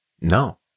No